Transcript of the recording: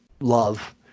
love